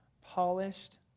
polished